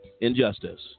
injustice